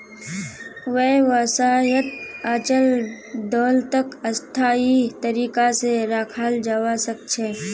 व्यवसायत अचल दोलतक स्थायी तरीका से रखाल जवा सक छे